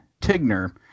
Tigner